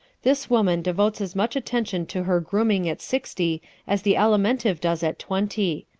this woman devotes as much attention to her grooming at sixty as the alimentive does at twenty.